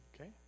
okay